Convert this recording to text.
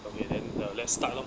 okay then uh let's start lor